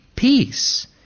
Peace